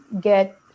get